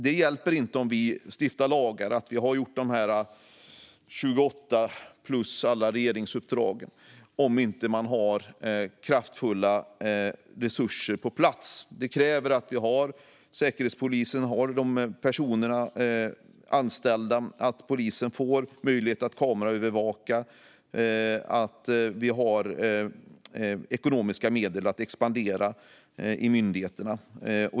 Det hjälper inte att vi stiftar lagar och har gjort fler än 28 regeringsuppdrag om man inte har kraftfulla resurser på plats. Det kräver att Säkerhetspolisen har personer anställda, att polisen får möjlighet att kameraövervaka och att vi har ekonomiska medel att expandera i myndigheterna.